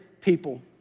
people